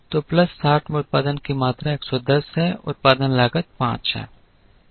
तो प्लस 60 में उत्पादन की मात्रा 110 है उत्पादन लागत 5 है